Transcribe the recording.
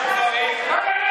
הציבורי?